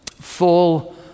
full